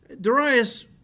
Darius